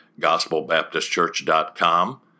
gospelbaptistchurch.com